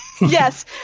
Yes